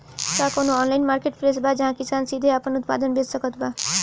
का कउनों online marketplace बा जहां किसान सीधे आपन उत्पाद बेच सकत बा?